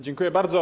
Dziękuję bardzo.